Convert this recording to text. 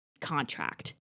contract